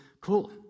cool